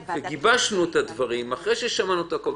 גיבשנו את הדברים אחרי ששמענו את הכל.